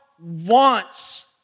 wants